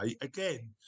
again